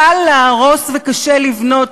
קל להרוס וקשה לבנות.